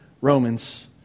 Romans